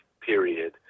period